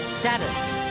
Status